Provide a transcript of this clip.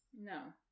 No